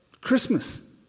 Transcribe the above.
Christmas